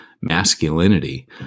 masculinity